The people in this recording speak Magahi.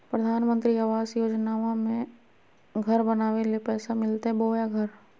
प्रधानमंत्री आवास योजना में घर बनावे ले पैसा मिलते बोया घर?